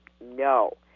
No